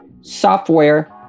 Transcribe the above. software